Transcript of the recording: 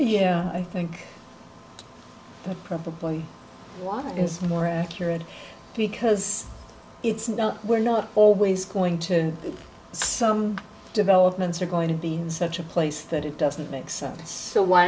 yeah i think that's probably why it's more accurate because it's not we're not always going to be some developments are going to be in such a place that it doesn't make sense so why